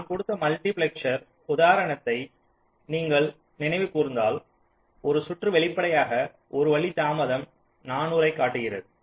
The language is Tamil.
நான் கொடுத்த மல்டிபிளக்ஸ்ரர் உதாரணத்தை நீங்கள் நினைவு குற்ந்தால் ஒரு சுற்று வெளிப்படையாக ஒரு வழி தாமதம் 400 யைக் காட்டுகிறது